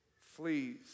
fleas